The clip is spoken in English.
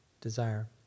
desire